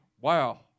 wow